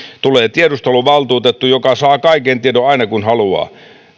tulee tiedusteluvaltuutettu joka saa kaiken tiedon aina kun haluaa